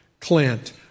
Clint